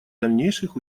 дальнейших